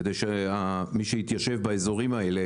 כדי שמי שיתיישב באזורים האלה,